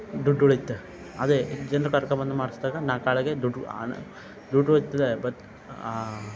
ದುಡ್ಡು ಉಳಿಯತ್ತೆ ಅದೇ ಜನರು ಕರ್ಕೊ ಬಂದು ಮಾಡ್ಸಿದಾಗ ನಾಲ್ಕು ಆಳಿಗೆ ದುಡ್ಡು ಹಣ ದುಡ್ಡು ಉಳಿತದೆ ಬಟ್